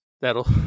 that'll